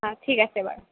ঠিক আছে বাৰু